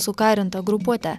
sukarinta grupuote